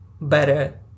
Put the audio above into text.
better